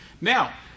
Now